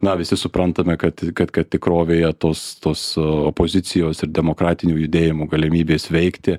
na visi suprantame kad kad kad tikrovėje tos tos opozicijos ir demokratinių judėjimų galimybės veikti